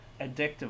addictive